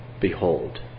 Behold